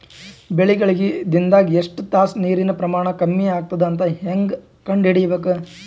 ಬೆಳಿಗಳಿಗೆ ದಿನದಾಗ ಎಷ್ಟು ತಾಸ ನೀರಿನ ಪ್ರಮಾಣ ಕಮ್ಮಿ ಆಗತದ ಅಂತ ಹೇಂಗ ಕಂಡ ಹಿಡಿಯಬೇಕು?